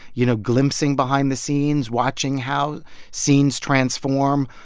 you know, glimpsing behind the scenes, watching how scenes transform,